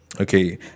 Okay